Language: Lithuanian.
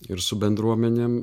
ir su bendruomenėm